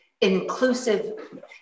inclusive